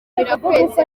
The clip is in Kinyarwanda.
bizirakwezi